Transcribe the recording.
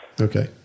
Okay